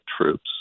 troops